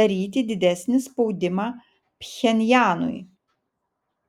daryti didesnį spaudimą pchenjanui